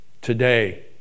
Today